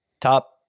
top